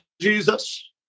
Jesus